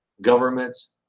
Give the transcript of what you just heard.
governments